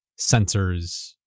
sensors